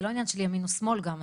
זה לא עניין של ימים או שמאל גם,